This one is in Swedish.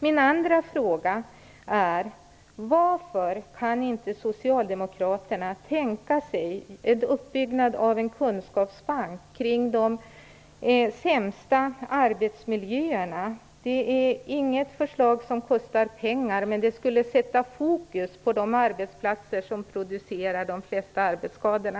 Min andra fråga är: Varför kan inte socialdemokraterna tänka sig en uppbyggnad av en kunskapsbank kring de sämsta arbetsmiljöerna? Det är inte ett förslag som kostar pengar, men det skulle sätta fokus på de arbetsplatser som producerar de flesta arbetsskadorna.